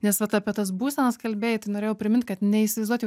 nes vat apie tas būsenas kalbėjai tai norėjau primint kad neįsivaizduot jau